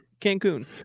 Cancun